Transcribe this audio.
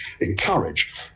Encourage